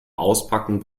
auspacken